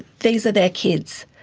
these are their kids,